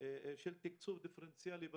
של תקצוב דיפרנציאלי בתיכונים,